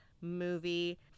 movie